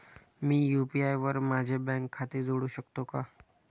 मी UPI वर माझे bank खाते जोडू शकतो का?